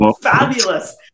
fabulous